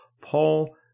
Paul